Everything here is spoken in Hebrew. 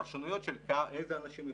פרשנויות של איזה אנשים יפרשו,